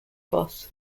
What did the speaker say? boss